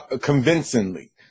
convincingly